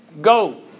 go